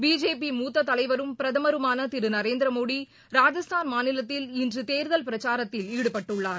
BJP மூத்ததலைவரும் பிரதமருமானதிருநரேந்திரமோடி ராஜஸ்தான் மாநிலத்தில் இன்றுதேர்தல் பிரச்சாரத்தில் ஈடுபட்டுள்ளார்